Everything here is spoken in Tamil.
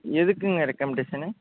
எதுக்குங்க ரெக்கமண்டேஷனு